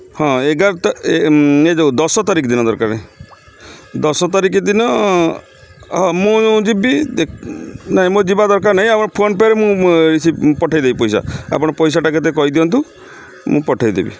ହଁ ଏଗାର ଏ ଯେଉଁ ଦଶ ତାରିଖ ଦିନ ଦରକାର ଦଶ ତାରିଖ ଦିନ ହଁ ମୁଁ ଯିବି ନାଇଁ ମୁଁ ଯିବା ଦରକାର ନାଇଁ ଆପଣ ଫୋନ୍ପେ'ରେ ମୁଁ ପଠାଇ ଦେବି ପଇସା ଆପଣ ପଇସାଟା କେତେ କହିଦିଅନ୍ତୁ ମୁଁ ପଠାଇ ଦେବି